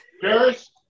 Paris